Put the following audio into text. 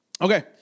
Okay